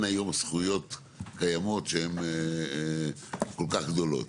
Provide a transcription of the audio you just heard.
היום זכויות קיימות שהן כל כך גדולות.